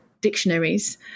dictionaries